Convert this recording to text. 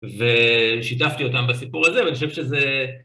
ושיתפתי אותם בסיפור הזה, ואני חושב שזה...